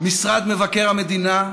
משרד מבקר המדינה,